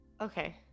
okay